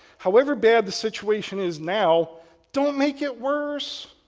however, bad the situation is now don't make it worse.